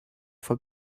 for